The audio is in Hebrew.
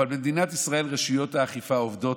אבל במדינת ישראל רשויות האכיפה עובדות